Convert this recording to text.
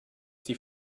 die